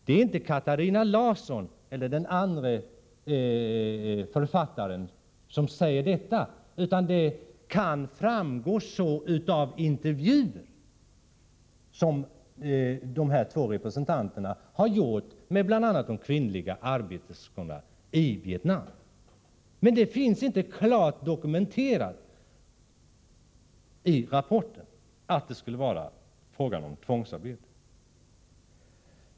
Det är inte Katarina Larsson eller den andre författaren som säger detta, utan det framgår av den intervju som de här två representanterna har gjort med bl.a. arbeterskorna i Vietnam. Det finns inte klart dokumenterat i rapporten att det skulle vara fråga om tvångsarbete.